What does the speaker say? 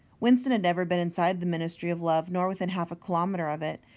winston had never been inside the ministry of love, nor within half a kilometre of it.